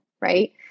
right